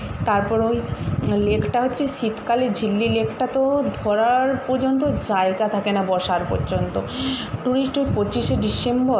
তারপর ওই লেকটা হচ্ছে শীতকালে ঝিল্লি লেকটা তো ধরার পর্যন্ত জায়গা থাকে না বসার পর্যন্ত টুরিস্ট ওই পঁচিশে ডিসেম্বর